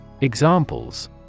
Examples